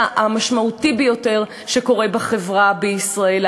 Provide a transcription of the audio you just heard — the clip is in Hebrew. המשמעותי ביותר שקורה בחברה בישראל,